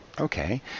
Okay